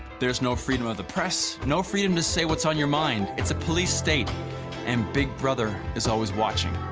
there's no freedom of the press, no freedom to say what's on your mind. it's a police state and big brother is always watching.